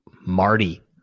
Marty